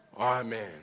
Amen